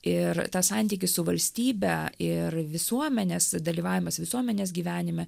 ir tą santykį su valstybe ir visuomenės dalyvavimas visuomenės gyvenime